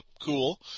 cool